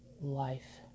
life